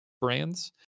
brands